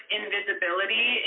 invisibility